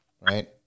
right